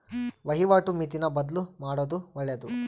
ವಹಿವಾಟು ಮಿತಿನ ಬದ್ಲುಮಾಡೊದು ಒಳ್ಳೆದು